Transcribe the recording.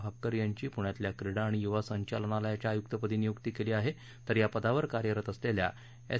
भापकर यांची पुण्यातल्या क्रीडा आणि युवा संचालनालयाच्या आयुक्तपदी नियुक्ती केली आहे तर या पदावर कार्यरत असलेल्या एस